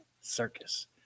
circus